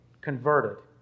converted